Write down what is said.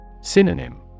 Synonym